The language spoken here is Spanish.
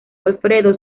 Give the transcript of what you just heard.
alfredo